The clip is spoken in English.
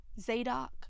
Zadok